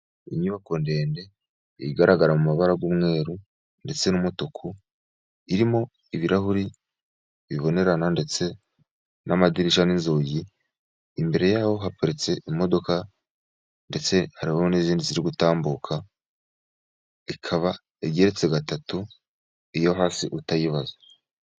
Inyubako ndende, igaragara mu mabara y'umweru ndetse n'umutuku. Irimo ibirahuri bibonerana ndetse n'amadirishya n'inzugi. Imbere yaho haparitse imodoka, ndetse hariho n'izindi ziri gutambuka. Ikaba igeretse gatatu iyo hasi utayibaze.